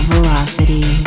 Velocity